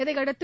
இதையடுத்து